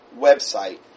website